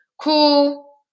cool